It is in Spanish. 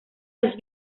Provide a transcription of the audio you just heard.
los